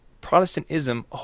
Protestantism